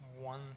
one